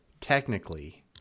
technically